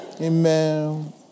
amen